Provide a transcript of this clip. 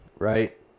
right